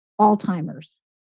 Alzheimer's